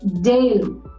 daily